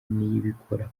niyibikora